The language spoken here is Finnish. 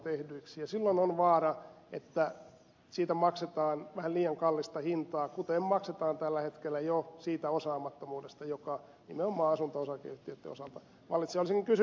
silloin on vaara että siitä maksetaan vähän liian kallista hintaa kuten maksetaan tällä hetkellä jo siitä osaamattomuudesta joka nimenomaan asunto osakeyhtiöitten osalta vallitsee